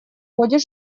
ходе